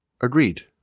Agreed